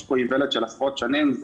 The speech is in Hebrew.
יש פה איוולת של עשרות שנים.